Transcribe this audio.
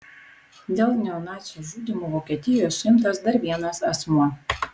dėl neonacių žudymų vokietijoje suimtas dar vienas asmuo